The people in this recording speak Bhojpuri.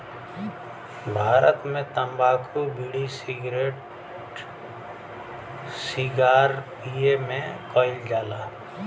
भारत मे तम्बाकू बिड़ी, सिगरेट सिगार पिए मे कइल जाला